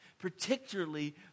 Particularly